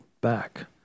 back